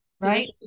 right